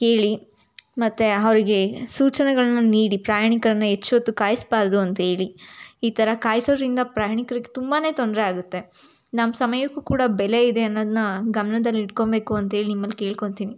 ಹೇಳಿ ಮತ್ತು ಅವ್ರ್ಗೆ ಸೂಚನೆಗಳನ್ನ ನೀಡಿ ಪ್ರಯಾಣಿಕರನ್ನ ಹೆಚ್ಚ್ ಹೊತ್ತು ಕಾಯಿಸಬಾರ್ದು ಅಂತ ಹೇಳಿ ಈ ಥರ ಕಾಯಿಸೋದ್ರಿಂದ ಪ್ರಯಾಣಿಕರಿಗೆ ತುಂಬಾ ತೊಂದರೆ ಆಗುತ್ತೆ ನಮ್ಮ ಸಮಯಕ್ಕೂ ಕೂಡ ಬೆಲೆ ಇದೆ ಅನ್ನೋದನ್ನ ಗಮ್ನದಲ್ಲಿ ಇಟ್ಕೊಳ್ಬೇಕು ಅಂತೇಳಿ ನಿಮ್ಮನ್ನು ಕೇಳ್ಕೊಳ್ತೀನಿ